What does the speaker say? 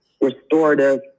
restorative